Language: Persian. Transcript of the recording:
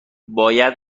باید